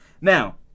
Now